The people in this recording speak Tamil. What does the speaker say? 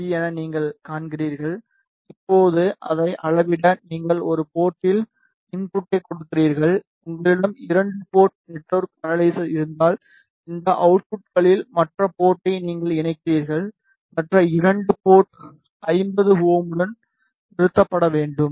பி என்று நீங்கள் காண்கிறீர்கள் இப்போது அதை அளவிட நீங்கள் ஒரு போர்ட்டில் இன்புட்டைக் கொடுக்கிறீர்கள் உங்களிடம் 2 போர்ட் நெட்வொர்க் அனலைசர் இருந்தால் இந்த அவுட்புட்களில் மற்ற போர்ட்டை நீங்கள் இணைக்கிறீர்கள் மற்ற 2 போர்ட் 50 Ω உடன் நிறுத்தப்பட வேண்டும்